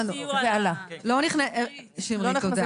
שמרית, תודה.